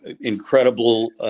incredible